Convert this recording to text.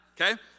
okay